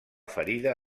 ferida